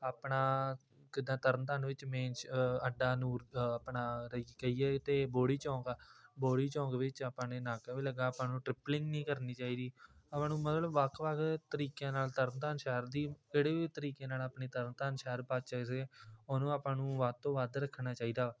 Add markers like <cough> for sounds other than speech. ਆਪਣਾ ਕਿੱਦਾਂ ਤਰਨਤਾਰਨ ਵਿੱਚ ਮੇਨ ਸ਼ ਅੱਡਾ ਨੂਰ ਆਪਣਾ ਕਹੀਏ ਤਾਂ ਬੋਹੜੀ ਚੌਂਕ ਆ ਬੋਹੜੀ ਚੌਂਕ ਵਿੱਚ ਆਪਣੇ ਨਾਕਾ ਵੀ ਲੱਗਾ ਆਪਾਂ ਨੂੰ ਟ੍ਰਿਪਲਿੰਗ ਨਹੀਂ ਕਰਨੀ ਚਾਹੀਦੀ ਆਪਾਂ ਨੂੰ ਮਤਲਬ ਵੱਖ ਵੱਖ ਤਰੀਕਿਆਂ ਨਾਲ ਤਰਨਤਾਰਨ ਸ਼ਹਿਰ ਦੀ ਕਿਹੜੇ ਵੀ ਤਰੀਕੇ ਨਾਲ ਆਪਣੀ ਤਰਨਤਾਰਨ ਸ਼ਹਿਰ <unintelligible> ਉਹਨੂੰ ਆਪਾਂ ਨੂੰ ਵੱਧ ਤੋਂ ਵੱਧ ਰੱਖਣਾ ਚਾਹੀਦਾ ਵਾ